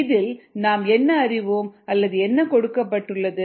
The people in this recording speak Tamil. இதில் நாம் என்ன அறிவோம் அல்லது என்ன கொடுக்கப்பட்டுள்ளது